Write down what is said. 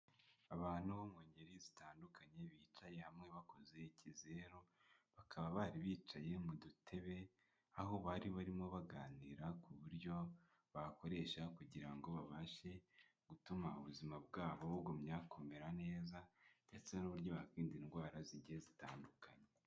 Abantu bo mu ngeri zitandukanye bicaye hamwe bakoze ikizeru. Bakaba bari bicaye mu dutebe, aho bari barimo baganira ku buryo bakoresha kugira ngo babashe gutuma ubuzima bwabo bugumya kumera neza, ndetse n'uburyo bakwirinda indwara zigiye zitandukanye.